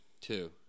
Two